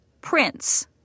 Prince